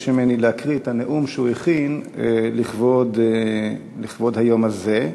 ממני להקריא את הנאום שהוא הכין לכבוד היום הזה.